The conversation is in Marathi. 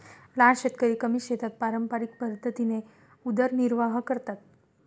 लहान शेतकरी कमी शेतात पारंपरिक पद्धतीने उदरनिर्वाह करतात